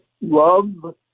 Love